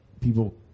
people